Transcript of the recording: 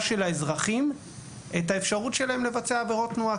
של האזרחים את האפשרות שלהם לבצע עבירות תנועה,